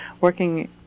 working